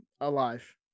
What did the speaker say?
alive